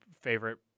favorite